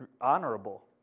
honorable